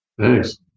Thanks